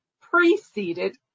preceded